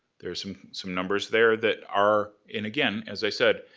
there's some some numbers there that are. and again, as i said,